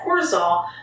cortisol